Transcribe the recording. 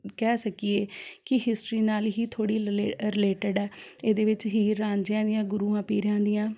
ਕਹਿ ਸਕੀਏ ਕਿ ਹਿਸਟਰੀ ਨਾਲ਼ ਹੀ ਥੋੜ੍ਹੀ ਲਲੇ ਰਿਲੇਟਡ ਹੈ ਇਹਦੇ ਵਿੱਚ ਹੀਰ ਰਾਂਝਿਆਂ ਦੀਆਂ ਗੁਰੂਆਂ ਪੀਰਾਂ ਦੀਆਂ